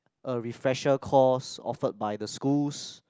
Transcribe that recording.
a refresher course offered by the schools